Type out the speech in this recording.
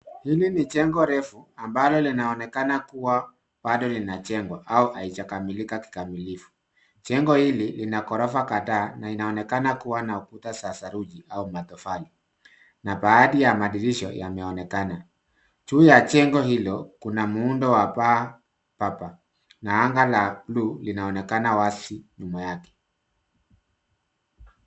Hili ni jengo refu ambalo linaonekana kuwa bado linajengwa au halijakamilika kikamilifu. Jengo hili lina ghorofa kadhaa na inaonekana kuwa na kuta za saruji au matofali na baadhi ya madirisha yameonekana. Juu ya jengo hilo kuna muundo wa paa bapa na anga la buluu linaonekana wazi nyuma yake.